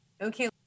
okay